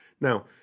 Now